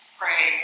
pray